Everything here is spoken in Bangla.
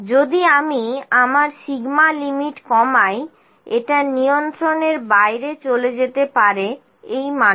যদি আমি আমার সিগমা লিমিট কমাই এটা নিয়ন্ত্রণের বাইরে চলে যেতে পারে এই মানটা